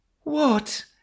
What